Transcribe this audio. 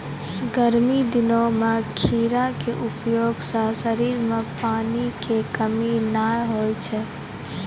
गर्मी दिनों मॅ खीरा के उपयोग सॅ शरीर मॅ पानी के कमी नाय होय छै